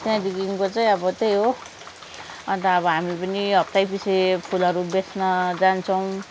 त्यहाँदेखिको चाहिँ अब त्यही हो अन्त अब हामी पनि हप्तैपिछे फुलहरू बेच्न जान्छौँ